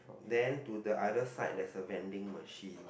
then to the other side there's a vending machine